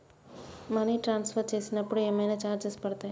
Money transfer చేసినప్పుడు ఏమైనా charges పడతయా?